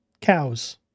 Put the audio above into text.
cows